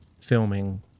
filming